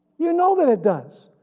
you know that it does.